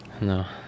no